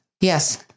Yes